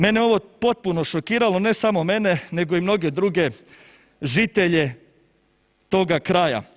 Mene je ovo potpuno šokiralo, ne samo mene nego i mnoge druge žitelje toga kraja.